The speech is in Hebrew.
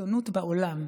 בעיתונות בעולם.